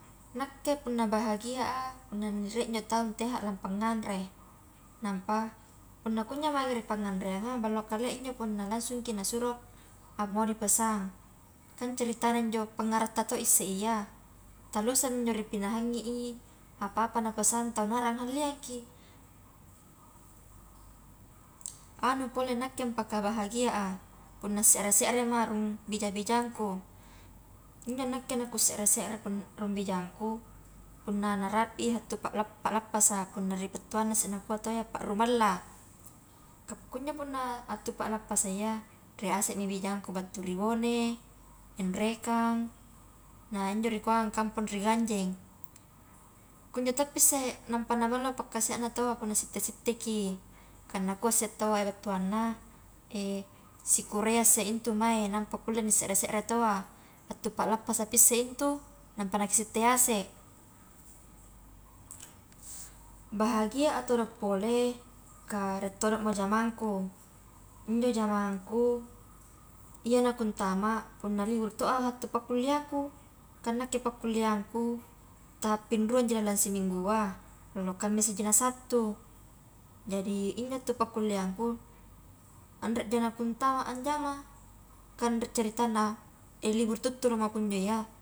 Nakke punna bahagia a punna rie njo tau teha a lampa nganre, nampa punna kunjo mange ri panganreaga balla kalea injo punna lagsungki nasuro apa mau dipesan, kan ceritana njo pangeratta to isse iya, talluse mi injo ri pinahangi i apa-apa napesan tau narang halliangki, anu pole nakke mpaka bahagia a, punna serre-serrema rung bija-bijangku, injo nakke na ku serre-serre pu rung bijangku punna narapi i hattu pa. pa lappasa, punna ri pettuanna isse nakua taua iya paruballa, ka pakunjo punna attu pa lappasa iya rie ase mi bijangku battu ri bone, enrekang, na njo rikua kampong ri ganjeng, kunjo toppi isse nampa naballo pakkasia na taua punna sitte-sitteki kan nakua isse taua iya battuana, si kurayyasse intu mae napa nikulle serre-serre taua attu palappasapi intu nampaki sitte hase, bahagia a todo pole ka rie todomo jamangku, injo jamangku iya na kuntama punna libur toa hattu pakkuliaku, kan nakke pakkulliangku ta pinruangji lalang siminggua, allo kammisiji na sattu, jadi injo hattu pakkulliangku anreja na kuntama ajama, kan rie caritanna liburu tuttuma kunjo iya.